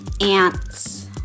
ants